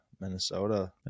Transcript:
Minnesota